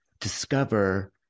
discover